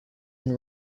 and